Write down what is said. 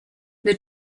the